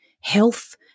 health